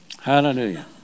Hallelujah